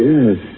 Yes